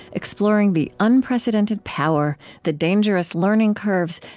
exploring the unprecedented power, the dangerous learning curves,